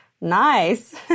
Nice